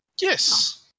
yes